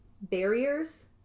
barriers